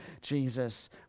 Jesus